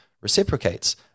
reciprocates